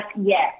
yes